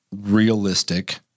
realistic